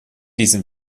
diesem